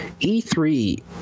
E3